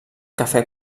cafè